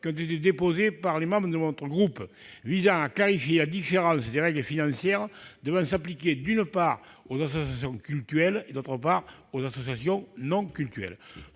qui ont été déposés par les membres de notre groupe visant à clarifier la différence des règles financières devant s'appliquer, d'une part, aux associations cultuelles et, d'autre part, aux associations non cultuelles.